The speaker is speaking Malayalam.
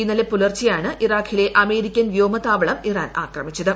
ഇന്നലെ പുലർച്ചെയാണ് ഇറാഖിലെ അമേരിക്കൻ വ്യോമ താവളം ഇറാൻ ആക്രമിച്ചത്